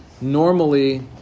normally